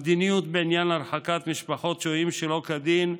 המדיניות בעניין הרחקת משפחות שוהים שלא כדין,